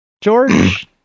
George